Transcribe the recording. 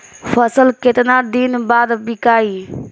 फसल केतना दिन बाद विकाई?